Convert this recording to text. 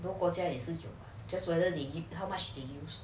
别的国家也是 just whether they eat how much to use